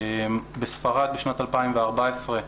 בספרד, בשנת 2014,